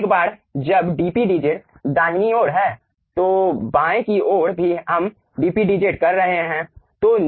एक बार जब dP dZ दाहिनी ओर है तो बाएं की ओर भी हम dP dZ कर रहे हैं